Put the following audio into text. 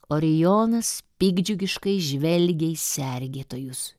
orijonas piktdžiugiškai žvelgė į sergėtojus